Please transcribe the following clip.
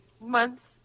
months